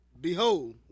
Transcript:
Behold